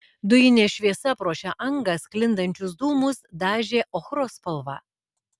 dujinė šviesa pro šią angą sklindančius dūmus dažė ochros spalva